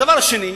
הדבר השני,